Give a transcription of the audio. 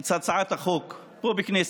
את הצעת החוק פה בכנסת,